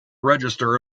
register